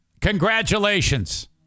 congratulations